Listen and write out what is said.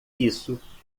isso